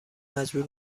مجبور